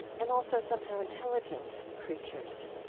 and also somehow intelligent creatures.